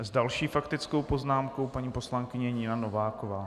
S další faktickou poznámkou paní poslankyně Nina Nováková.